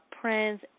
Prince